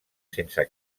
sense